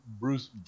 bruce